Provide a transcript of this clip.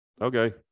okay